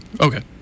Okay